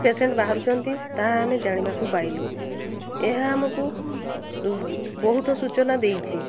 patient ବାହାରୁଛନ୍ତି ତାହା ଆମେ ଜାଣିବାକୁ ପାଇଲୁ ଏହା ଆମକୁ ବହୁତ ସୂଚନା ଦେଇଛି